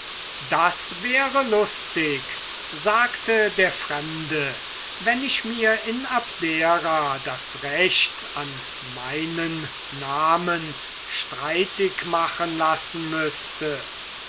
das wäre lustig sagte der fremde wenn ich mir in abdera das recht an meinen namen streitig machen lassen müßte